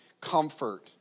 comfort